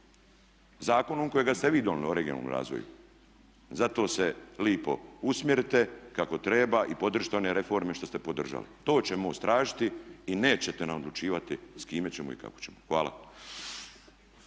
zakonom kojega ste vi donijeli o regionalnom razvoju. Zato se lipo usmjerite kako treba i podržite one reforme koje ste podržali. To će MOST tražiti i nećete nam odlučivati s kime ćemo i kako ćemo. Hvala.